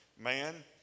Man